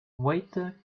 waiter